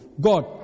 God